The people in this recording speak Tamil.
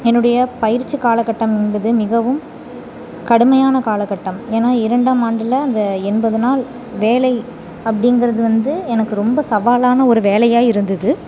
என்னுடைய பயிற்சி காலகட்டம் என்பது மிகவும் கடுமையான காலகட்டம் ஏன்னால் இரண்டாம் ஆண்டில் அந்த எண்பது நாள் வேலை அப்படிங்கிறது வந்து எனக்கு ரொம்ப சவாலான ஒரு வேலையாக இருந்தது